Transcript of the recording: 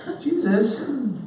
Jesus